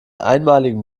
einmaligen